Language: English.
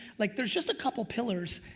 like there's just a couple pillars.